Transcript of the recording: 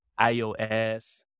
iOS